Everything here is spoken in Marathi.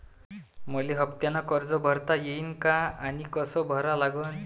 मले हफ्त्यानं कर्ज भरता येईन का आनी कस भरा लागन?